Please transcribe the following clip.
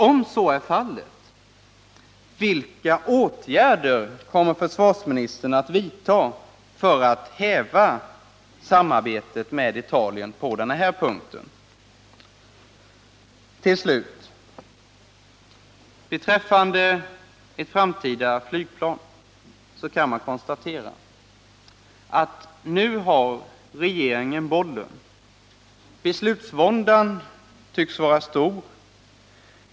Om så är fallet, vilka åtgärder kommer försvarsministern att vidta för att häva samarbetet med Italien på den här punkten? Till slut: Beträffande ett framtida flygplan kan man konstatera att nu har regeringen bollen. Beslutsvåndan tycks vara stor.